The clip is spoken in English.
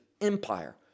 empire